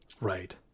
right